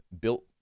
built